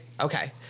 okay